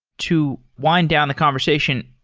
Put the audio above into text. to wind down the conversation,